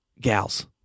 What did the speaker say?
gals